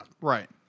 Right